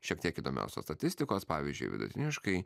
šiek tiek įdomiosios statistikos pavyzdžiui vidutiniškai